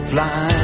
Fly